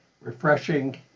refreshing